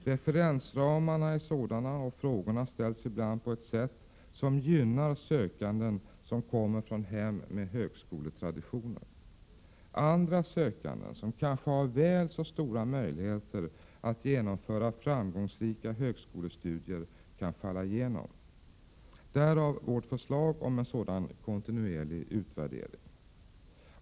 Referensramarna är nämligen sådana och frågorna ibland ställs på ett sätt som gynnar sökande från hem med högskoletraditioner. Andra sökande, som kanske har väl så stora möjligheter att genomföra framgångsrika högskolestudier, kan däremot falla igenom; därav vårt förslag om en kontinuerlig utvärdering.